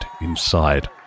inside